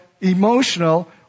emotional